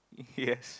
yes